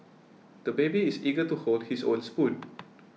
the baby is eager to hold his own spoon